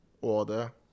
order